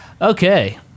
Okay